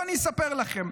בואו אני אספר לכם,